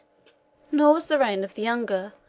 nor was the reign of the younger,